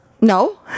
No